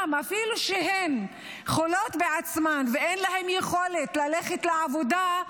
אפילו כשהן חולות בעצמן ואין להן יכולת ללכת לעבודה,